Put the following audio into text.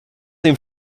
dem